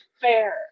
fair